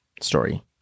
story